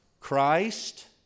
Christ